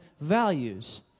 values